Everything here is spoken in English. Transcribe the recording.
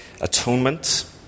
atonement